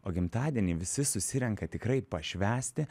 o gimtadienį visi susirenka tikrai pašvęsti